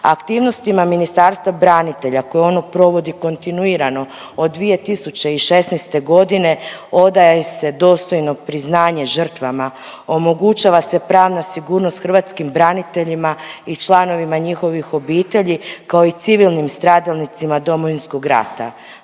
Aktivnostima Ministarstva branitelja koje ono provodi kontinuirano od 2016.g. odaje se dostojno priznanje žrtvama, omogućava se pravna sigurnost hrvatskim braniteljima i članovima njihovih obitelji, kao i civilnom stradalnicima Domovinskog rata.